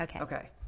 okay